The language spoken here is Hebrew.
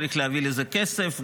צריך להביא לזה כסף.